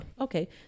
okay